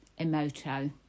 Emoto